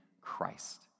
Christ